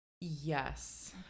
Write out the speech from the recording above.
yes